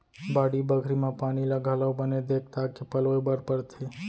बाड़ी बखरी म पानी ल घलौ बने देख ताक के पलोय बर परथे